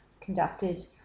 conducted